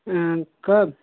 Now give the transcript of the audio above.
कब